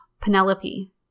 Penelope